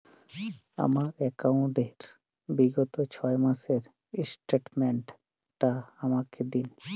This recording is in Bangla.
আমার অ্যাকাউন্ট র বিগত ছয় মাসের স্টেটমেন্ট টা আমাকে দিন?